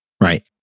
right